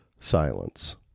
silence